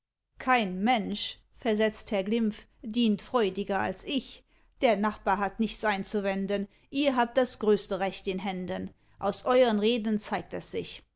kein mensch versetzt herr glimpf dient freudiger als ich der nachbar hat nichts einzuwenden ihr habt das größte recht in händen aus euren reden zeigt es sich